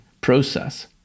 process